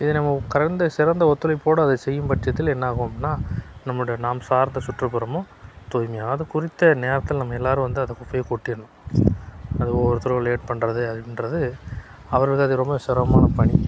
இதை நம்ம கடந்து சிறந்த ஒத்துழைப்போடு அதை செய்யும் பட்சத்தில் என்ன ஆகும் அப்பிட்னா நம்மளுடைய நாம் சார்ந்த சுற்றுப்புறமும் தூய்மையாகவும் அதுவும் குறித்த நேரத்தில் நம்ம எல்லாரும் வந்து அந்த குப்பையை கொட்டிடணும் அது ஒவ்வொருத்தரும் லேட் பண்ணுறது அப்படின்றது அவர்களுக்கு அது ரொம்ப சிரமமான பணி